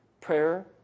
Prayer